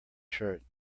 shirt